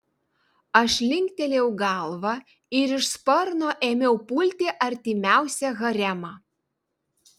aš linktelėjau galvą ir iš sparno ėmiau pulti artimiausią haremą